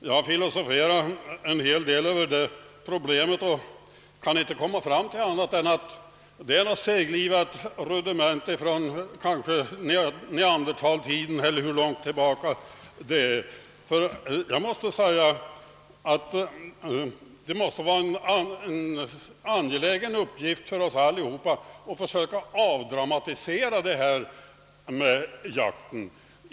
Jag har filosoferat en hel del över det problemet och har inte kunnat komma fram till annat än att det kanske är ett seglivat rudiment från Neanderthaltiden eller längre tillbaka. Jag måste nämligen säga att det måste vara angeläget för oss alla att försöka avdramatisera jakten.